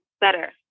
better